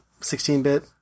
16-bit